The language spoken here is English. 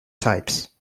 types